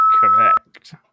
correct